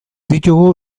ditugu